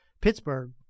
Pittsburgh